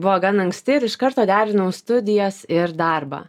buvo gan anksti ir iš karto derinau studijas ir darbą